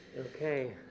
Okay